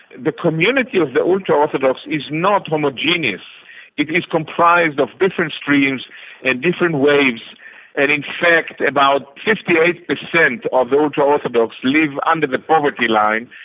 the community of the ultra-orthodox is not homogeneous. it is comprised of different streams and different waves and in fact about fifty eight per cent ah of ultra-orthodox live under the poverty line.